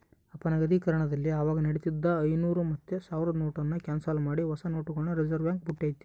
ಅಪನಗದೀಕರಣದಲ್ಲಿ ಅವಾಗ ನಡೀತಿದ್ದ ಐನೂರು ಮತ್ತೆ ಸಾವ್ರುದ್ ನೋಟುನ್ನ ಕ್ಯಾನ್ಸಲ್ ಮಾಡಿ ಹೊಸ ನೋಟುಗುಳ್ನ ರಿಸರ್ವ್ಬ್ಯಾಂಕ್ ಬುಟ್ಟಿತಿ